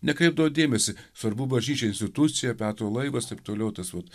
nekreipdavo dėmesį svarbu bažnyčia institucija petro laivas taip toliau tas vat